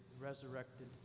resurrected